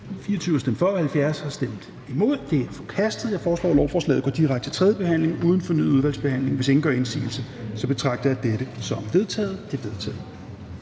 stemte 0. Ændringsforslag nr. 1 er forkastet. Jeg foreslår, at lovforslaget går direkte til tredje behandling uden fornyet udvalgsbehandling. Hvis ingen gør indsigelse, betragter jeg det som vedtaget. Det er vedtaget.